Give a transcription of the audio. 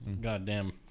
Goddamn